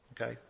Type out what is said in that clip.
Okay